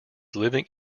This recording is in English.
living